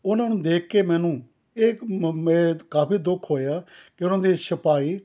ਉਹਨਾਂ ਨੂੰ ਦੇਖ ਕਿ ਮੈਨੂੰ ਇਹ ਕਾਫੀ ਦੁੱਖ ਹੋਇਆ ਕਿ ਉਹਨਾਂ ਦੀ ਛਪਾਈ